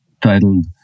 titled